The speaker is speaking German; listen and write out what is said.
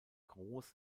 groß